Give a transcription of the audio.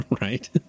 right